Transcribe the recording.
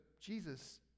Jesus